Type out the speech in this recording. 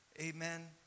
Amen